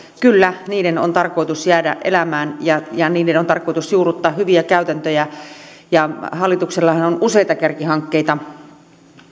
kyllä niiden on tarkoitus jäädä elämään ja ja niiden on tarkoitus juurruttaa hyviä käytäntöjä hallituksellahan on useita kärkihankkeita